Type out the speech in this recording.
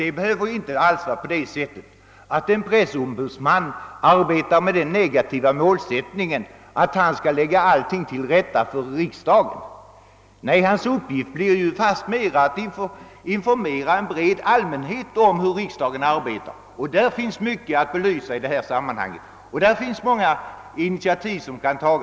Det behöver inte alls vara på det sättet, att en pressombudsman arbetar med målsättningen, att han skall lägga allting till rätta för riksdagen. Nej, hans uppgift bör fastmera vara att informera en bred allmänhet om hur riksdagen arbetar, och det finns i detta fall mycket att belysa och många initiativ som kan tas.